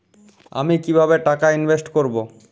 আমি কিভাবে টাকা ইনভেস্ট করব?